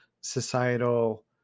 societal